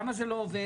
למה זה לא עובד?